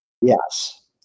Yes